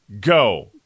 Go